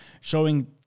showing